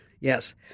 Yes